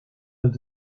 and